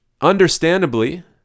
understandably